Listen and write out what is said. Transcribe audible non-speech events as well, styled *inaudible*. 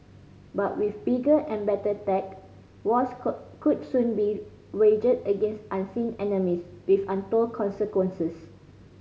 but with bigger and better tech wars *unintelligible* could soon be waged against unseen enemies with untold consequences